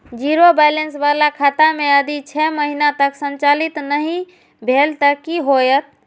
Zero balance बाला खाता में यदि छः महीना तक संचालित नहीं भेल ते कि होयत?